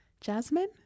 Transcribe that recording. Jasmine